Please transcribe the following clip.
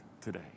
today